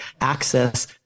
access